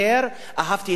אהבתי את החיות יותר.